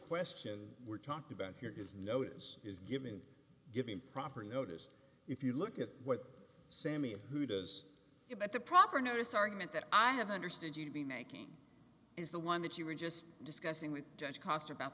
question we're talking about here is no is is given given proper notice if you look at what sammy who does it but the proper notice argument that i have understood you to be making is the one that you were just discussing with judge cost about